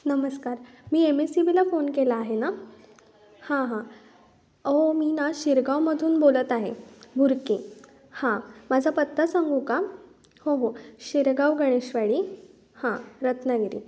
नमस्कार मी M S E बीला फोन केला आहे ना हां हां अहो मी ना शिरगांवमधून बोलत आहे भुर्के माझा पत्ता सांगू का हो हो शिरगाव गणेशवाडी हां रत्नागिरी